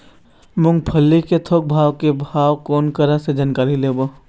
मूंगफली के थोक के भाव कोन करा से जानकारी लेबो?